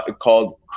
called